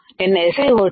నేను SiO2